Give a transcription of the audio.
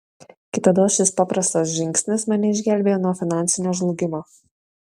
kitados šis paprastas žingsnis mane išgelbėjo nuo finansinio žlugimo